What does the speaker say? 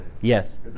Yes